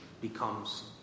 becomes